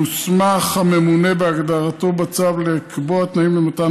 מוסמך הממונה כהגדרתו בצו לקבוע תנאים למתן